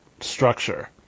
structure